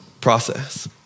process